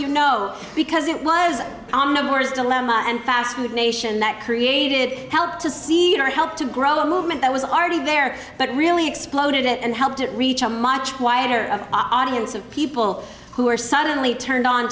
you know because it was on the words dilemma and fast food nation that created help to seed our help to grow a movement that was already there but really exploded it and helped it reach a much wider audience of people who are suddenly turned on